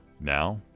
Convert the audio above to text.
Now